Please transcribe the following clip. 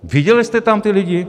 Viděli jste tam ty lidi?